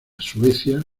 suecia